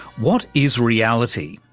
what is reality?